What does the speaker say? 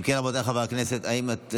אם כן,